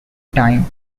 time